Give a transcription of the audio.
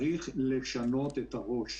אבל עכשיו צריך לשנות את הראש.